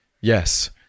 Yes